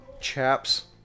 chaps